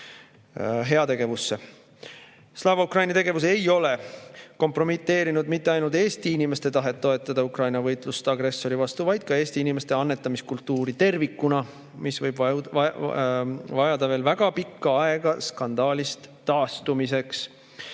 heategevusse. Slava Ukraini tegevus ei ole kompromiteerinud mitte ainult Eesti inimeste tahet toetada Ukraina võitlust agressori vastu, vaid ka Eesti inimeste annetamiskultuuri tervikuna, mis võib vajada veel väga pikka aega skandaalist taastumiseks.